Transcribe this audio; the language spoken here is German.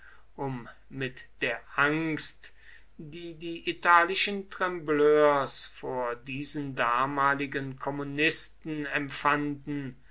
um mit der angst die die italischen trembleurs vor diesen damaligen kommunisten empfanden